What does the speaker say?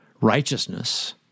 righteousness